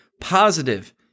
positive